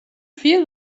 feel